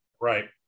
Right